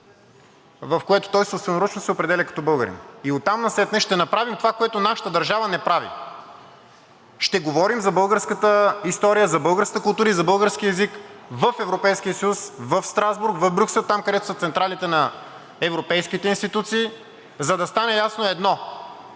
в което той собственоръчно се определя като българин, и оттам насетне ще направим това, което нашата държава не прави – ще говорим за българската история, за българската култура и за българския език в Европейския съюз, в Страсбург, в Брюксел, там, където са централите на европейските институции, за да стане ясно едно